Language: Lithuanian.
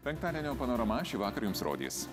penktadienio panorama šįvakar jums rodys